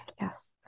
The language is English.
yes